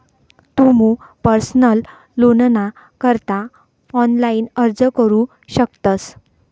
तुमू पर्सनल लोनना करता ऑनलाइन अर्ज करू शकतस